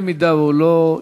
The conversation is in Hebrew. אם הוא לא,